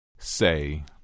Say